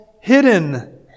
hidden